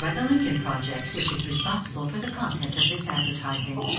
but the lincoln project, which is responsible for the content of this advertising.